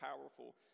powerful